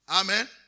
Amen